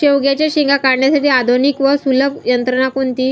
शेवग्याच्या शेंगा काढण्यासाठी आधुनिक व सुलभ यंत्रणा कोणती?